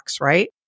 right